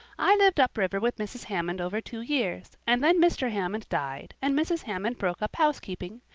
i lived up river with mrs. hammond over two years, and then mr. hammond died and mrs. hammond broke up housekeeping.